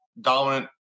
dominant